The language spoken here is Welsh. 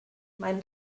mae